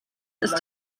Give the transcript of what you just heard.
ist